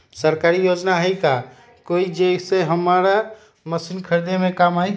सरकारी योजना हई का कोइ जे से हमरा मशीन खरीदे में काम आई?